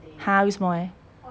uh 为什么 leh